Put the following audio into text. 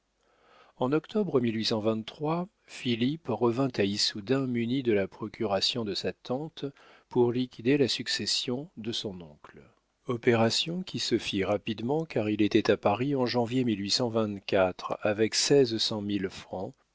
en octobre philippe revint à issoudun muni de la procuration de sa tante pour liquider la succession de son oncle opération qui se fit rapidement car il était à paris en janvier avec